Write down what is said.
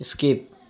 skip